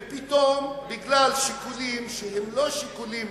ופתאום בגלל שיקולים, שהם לא שיקולים